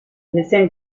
recent